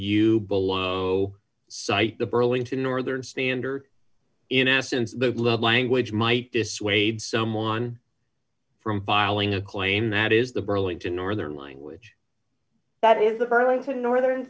you below cite the burlington northern standard in essence the language might dissuade someone from filing a claim that is the burlington northern language that is the furling to northern